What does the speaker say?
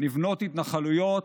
נבנות התנחלויות,